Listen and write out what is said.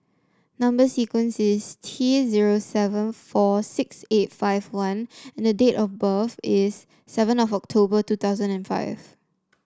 number sequence is T zero seven four six eight five one and the date of birth is seven of October two thousand and five